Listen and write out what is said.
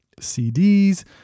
CDs